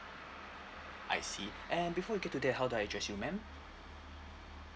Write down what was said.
I see and before we get to there how do I address you ma'am